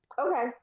Okay